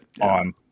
on